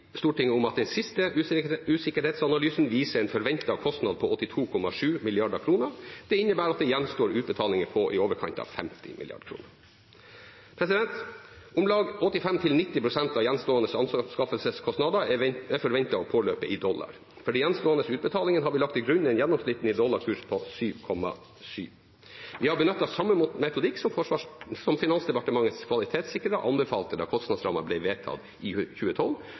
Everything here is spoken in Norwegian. Stortinget om at den siste usikkerhetsanalysen viser en forventet kostnad på 82,7 mrd. kr. Det innebærer at det gjenstår utbetalinger på i overkant av 50 mrd. kr. Om lag 85–90 pst. av gjenstående anskaffelseskostnader er forventet å påløpe i dollar. For de gjenstående utbetalingene har vi lagt til grunn en gjennomsnittlig dollarkurs på 7,7. Vi har benyttet samme metodikk som Finansdepartementets kvalitetssikrere anbefalte da kostnadsrammene ble vedtatt i 2012,